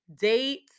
Date